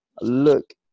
look